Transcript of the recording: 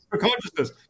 consciousness